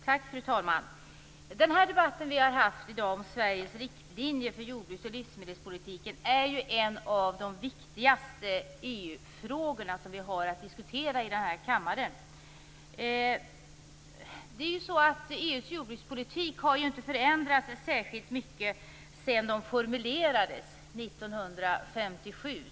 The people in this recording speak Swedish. Fru talman! Den debatt som vi har haft i dag om Sveriges riktlinjer för jordbruks och livsmedelspolitiken är ju en av de viktigaste EU-frågorna som vi har att diskutera i denna kammare. EU:s jordbrukspolitik har ju inte förändrats särskilt mycket sedan den formulerades 1957.